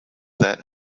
that